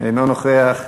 אינו נוכח,